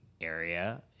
area